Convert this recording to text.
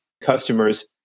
Customers